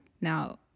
Now